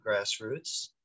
Grassroots